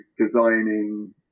designing